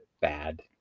bad